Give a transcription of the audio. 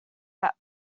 that